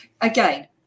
Again